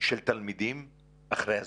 של תלמידים אחרי הזום.